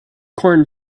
corn